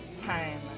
Time